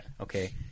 Okay